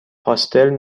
پاستل